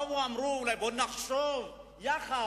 ואמרו: בואו נחשוב יחד,